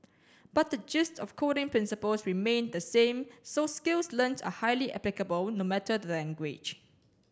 but the gist of coding principles remained the same so skills learnt are highly applicable no matter the language